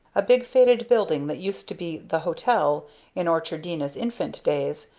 a big faded building that used to be the hotel in orchardina's infant days,